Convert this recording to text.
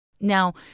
Now